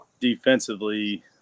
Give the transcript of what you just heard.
defensively